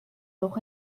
noch